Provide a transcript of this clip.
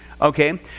Okay